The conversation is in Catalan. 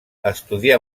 estudià